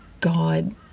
God